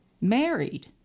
married